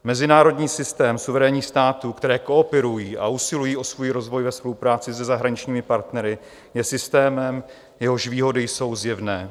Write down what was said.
Mezinárodní systém suverénních států, které kooperují a usilují o svůj rozvoj ve spolupráci se zahraničními partnery, je systémem, jehož výhody jsou zjevné.